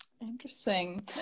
Interesting